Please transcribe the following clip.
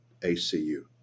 ACU